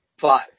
Five